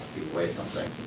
away something,